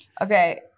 Okay